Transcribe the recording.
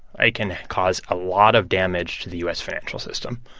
i can cause a lot of damage to the u s. financial system.